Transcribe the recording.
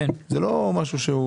זה לא משהו,